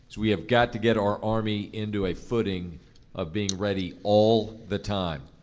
we have got to get our army into a footing of being ready all the time.